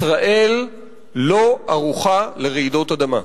ישראל לא ערוכה לרעידות אדמה: